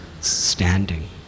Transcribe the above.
standing